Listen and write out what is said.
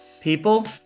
People